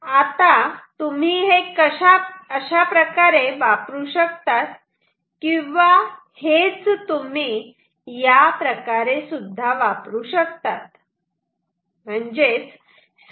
आता तुम्ही हे अशा प्रकारे वापरू शकतात किंवा हे च तुम्ही याप्रकारे सुद्धा वापरू शकतात